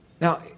Now